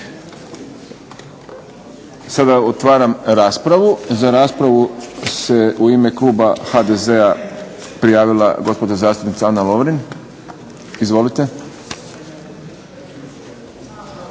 Sada otvaram raspravu. Za raspravu se u ime kluba HDZ-a prijavila gospođa zastupnica Ana Lovrin. Izvolite.